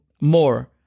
more